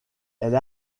elle